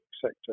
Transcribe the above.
sector